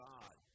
God